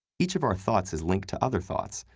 each of our thoughts is linked to other thoughts,